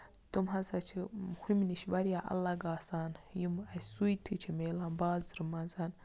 تٔمۍ ہسا چھِ ہُمہِ نِش واریاہ اَلگ آسان یِم اَسہِ سُوتی چھ میلان بازرٕ منز